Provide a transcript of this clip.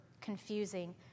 confusing